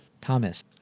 Thomas